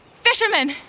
Fisherman